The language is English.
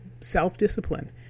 self-discipline